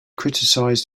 criticize